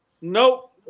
Nope